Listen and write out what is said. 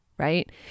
right